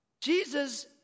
Jesus